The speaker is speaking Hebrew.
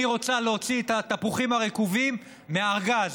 אני רוצה להוציא את התפוחים הרקובים מהארגז,